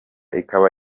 ikaba